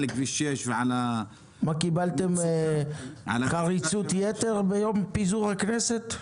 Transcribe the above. כביש 6. קיבלתם חריצות-יתר ביום פיזור הכנסת?